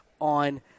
on